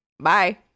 Bye